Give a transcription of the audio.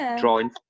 drawing